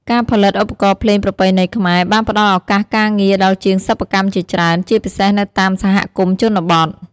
ការផលិតឧបករណ៍ភ្លេងប្រពៃណីខ្មែរ បានផ្តល់ឱកាសការងារដល់ជាងសិប្បកម្មជាច្រើន ជាពិសេសនៅតាមសហគមន៍ជនបទ។